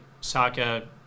Saka